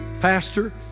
Pastor